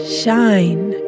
shine